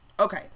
okay